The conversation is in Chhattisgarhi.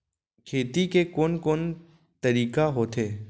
खेती के कोन कोन तरीका होथे?